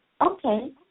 Okay